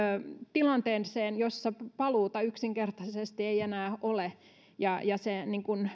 tilanteeseen jossa paluuta yksinkertaisesti ei enää ole ja ja se